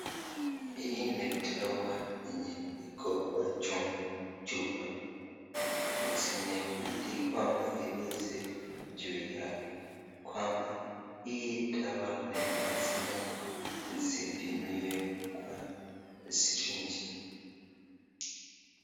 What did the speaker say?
Hii ni dawa yenye iko kwa chupa. Zimeandikwa maelezo juu yake, kwamba hii dawa ni lazima isipimiwe kwa siriji .